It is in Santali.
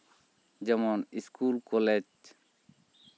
ᱡᱮᱢᱚᱱ ᱥᱠᱩᱞ ᱠᱚᱞᱮᱡᱽ